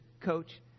coach